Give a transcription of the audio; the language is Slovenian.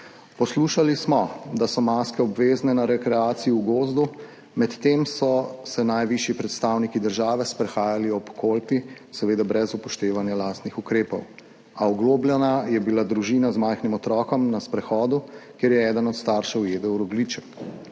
Poslušali smo, da so maske obvezne na rekreaciji v gozdu, medtem so se najvišji predstavniki države sprehajali ob Kolpi, seveda brez upoštevanja lastnih ukrepov. A oglobljena je bila družina z majhnim otrokom na sprehodu, kjer je eden od staršev jedel rogljiček.